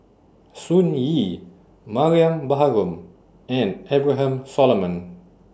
Sun Yee Mariam Baharom and Abraham Solomon